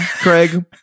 Craig